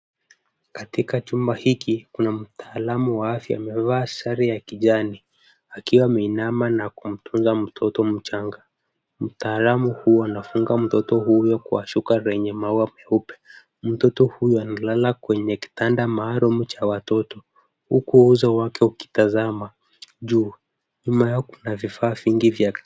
Katika chumba hiki, kuna mtaalamu wa afya. Amevaa sare ya kijani, akiwa ameinama na kumtunza mtoto mchanga. Mtaalamu huyu anafunga mtoto huyo kwa shuka lenye maua nyeupe. Mtoto huyu analala kwenye kitanda maalum cha watoto, huku uso wake ukitazama juu. Nyuma yao kuna vifaa vingi.